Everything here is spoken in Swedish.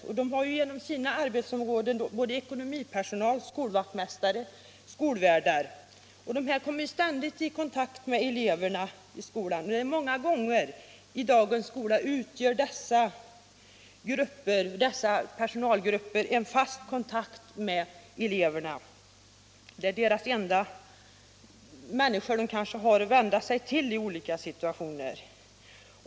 De kommer inom sina arbetsområden — det gäller ekonomipersonal, skolvaktmästare och skolvärdar — i ständig kontakt med eleverna vid skolan. Många gånger i dagens skola utgör dessa personalgrupper en fast punkt för eleverna. De kanske är de enda människor som eleverna har att vända sig till i olika situationer.